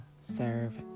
serve